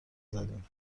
زدین